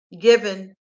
given